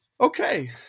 okay